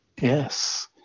Yes